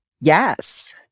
Yes